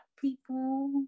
people